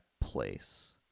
place